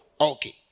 Okay